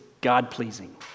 God-pleasing